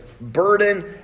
burden